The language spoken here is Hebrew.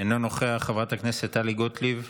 אינו נוכח, חברת הכנסת טלי גוטליב,